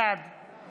בעד יועז הנדל,